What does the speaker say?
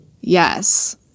Yes